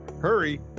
Hurry